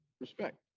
Respect